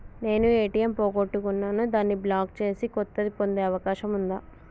నేను ఏ.టి.ఎం పోగొట్టుకున్నాను దాన్ని బ్లాక్ చేసి కొత్తది పొందే అవకాశం ఉందా?